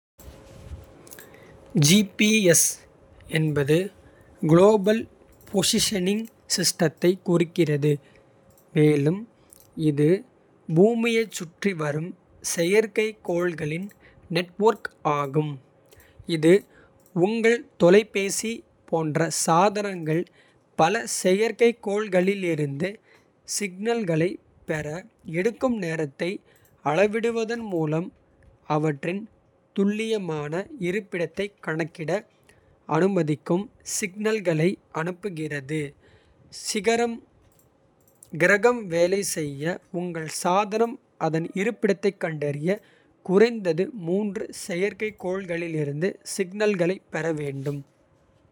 என்பது global positioning சிஸ்டத்தை குறிக்கிறது. மேலும் இது பூமியைச் சுற்றி வரும் செயற்கைக்கோள்களின். நெட்வொர்க் ஆகும் இது உங்கள் தொலைபேசி போன்ற. சாதனங்கள் பல செயற்கைக்கோள்களிலிருந்து. சிக்னல்களைப் பெற எடுக்கும் நேரத்தை அளவிடுவதன். மூலம் அவற்றின் துல்லியமான இருப்பிடத்தைக் கணக்கிட. அனுமதிக்கும் சிக்னல்களை அனுப்புகிறது கிரகம். வேலை செய்ய உங்கள் சாதனம் அதன் இருப்பிடத்தைக். கண்டறிய குறைந்தது மூன்று செயற்கைக்கோள்களிலிருந்து. சிக்னல்களைப் பெற வேண்டும்.